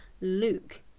Luke